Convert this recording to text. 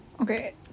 Okay